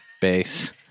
base